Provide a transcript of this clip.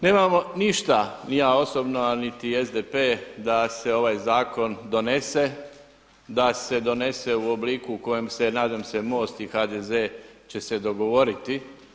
Nemamo ništa, ni ja osobno a niti SDP da se ovaj zakon donese, da se donese u obliku u kojem se nadam se MOST i HDZ će se dogovoriti.